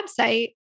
website